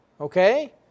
Okay